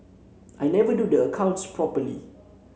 I never do the accounts properly